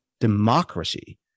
democracy